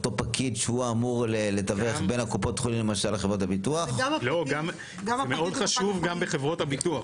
אותו פקיד שהוא האמור לתווך בין קופות החולים למשל לבין חברות הביטוח?